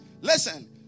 Listen